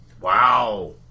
Wow